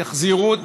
יחזירו,